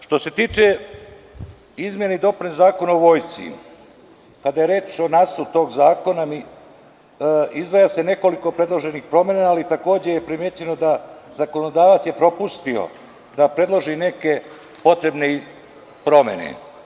Što se tiče izmena i dopuna Zakona o Vojsci i kada je reč o nacrtu tog zakona izdvaja se nekoliko predloženih promena, ali takođe je primećeno da je zakonodavac propustio da predloži neke potrebne promene.